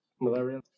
malaria